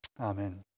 Amen